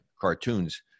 Cartoons